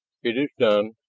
it is done.